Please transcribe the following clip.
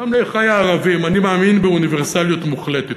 גם לאחי הערבים: אני מאמין באוניברסליות מוחלטת.